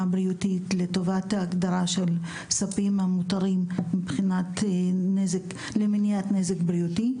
בריאותית לטובת ההגדרה של ספים המותרים למניעת נזק בריאותי.